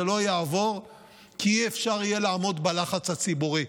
לא יעבור כי לא יהיה אפשר לעמוד בלחץ הציבורי.